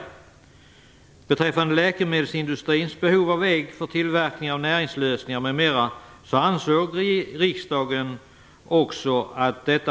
Riksdagen ansåg också att läkemedelsindustrins behov av ägg för tillverkning av näringslösningar m.m.